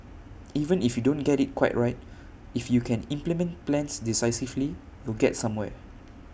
even if you don't get IT quite right if you can implement plans decisively you get somewhere